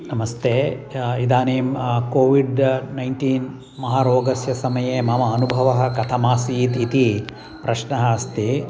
नमस्ते इदानीं COVID nineteen महारोगस्य समये मम अनुभवः कथमासीत् इति प्रश्नः अस्ति